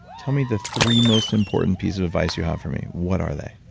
tell me the three most important pieces of advice you have for me, what are they?